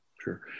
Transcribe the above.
Sure